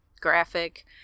graphic